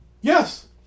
Yes